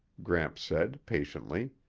gramps said patiently.